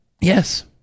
Yes